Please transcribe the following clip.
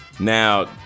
Now